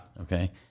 Okay